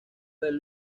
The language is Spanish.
del